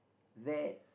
that